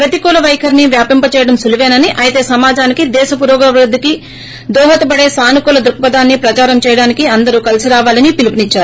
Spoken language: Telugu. ప్రతికూల పైఖరిని వ్యాపింపజేయడం సులువేనని అయితే సమాజానికి దేశ పురోభివృద్దికి దోహదపడే సానుకూల దృక్పథాన్ని ప్రదారం చేయడానికి అందరూ కలిసి రావాలని పిలుపునిద్చారు